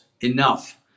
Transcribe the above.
enough